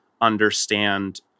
understand